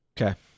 Okay